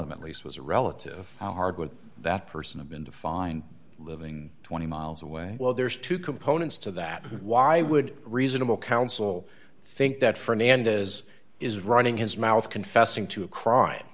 them at least was a relative hard with that person had been defined living twenty miles away well there's two components to that why would reasonable counsel think that fernandez is running his mouth confessing to a crime